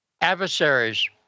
adversaries